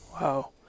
Wow